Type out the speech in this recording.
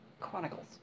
Chronicles